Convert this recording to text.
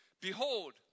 behold